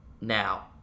now